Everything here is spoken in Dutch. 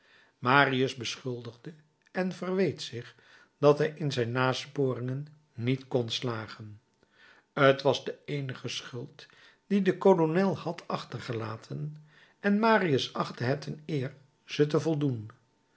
marius beschuldigde en verweet zich dat hij in zijn nasporingen niet kon slagen t was de eenige schuld die de kolonel had achtergelaten en marius achtte het een eer ze te voldoen